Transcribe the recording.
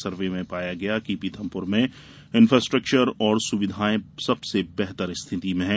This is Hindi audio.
सर्वे में पाया गया कि पीथमपुर में इंफ्रास्ट्रक्चर और सुविधाएं सबसे बेहतर स्थिति में हैं